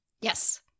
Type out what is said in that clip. Yes